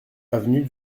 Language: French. avenue